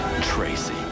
Tracy